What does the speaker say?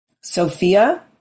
Sophia